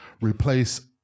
replace